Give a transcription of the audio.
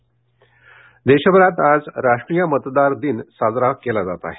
मतदार दिन देशभरात आज राष्ट्रीय मतदार दिन साजरा केला जात आहे